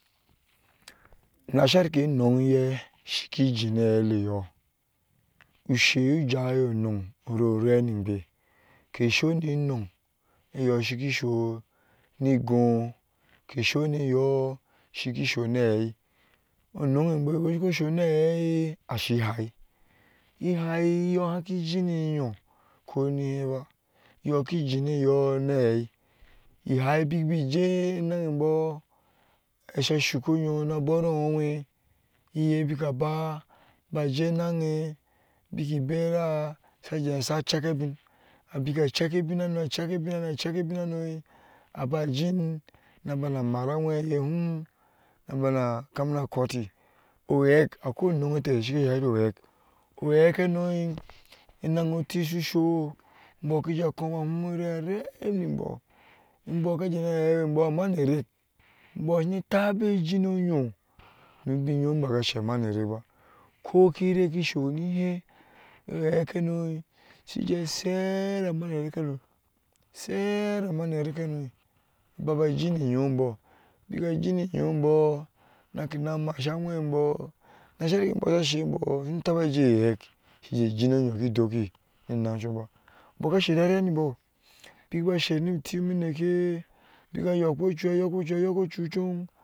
nasharke anunk yɛ shiki jina heleyo usheuja onunk oreningwe kesoni nunk eyo ihaiyo haki jino enyyo koni hyaba iyoki jineyo ahei ihai biki bije nnenebo asha shukkonyo nabooro bera sheja sai cekke bin, abika cekke bin hano cekkehano cekke bin hano abajin na bana mara aweyehom mabama kamina koti owyek okoi enuwete shjike nihum reree ninbɔ, inbɔ kahjena yyeawenbol amanerek bɔ shine tabe jino oyyo nobinyom bagasha hano shija sheera mane rekhano sheera manerek hano baba jini yyonbɔ, bikijini masherenbɔ shashe bɔ sono taba ajei eyyekuje jino oyyo ki dokki nenncumba boka sorare ninbɔ bikba sher noti mineke bika yopwo yokko cu yokko chucom